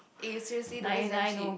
eh seriously though that's damn cheap